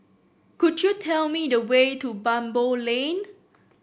could you tell me the way to Baboo Lane